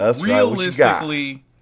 Realistically